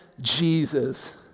Jesus